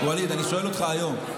ווליד, אני שואל אותך היום.